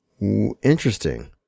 Interesting